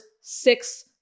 six